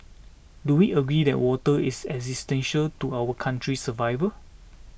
Do we agree that water is existential to our country's survival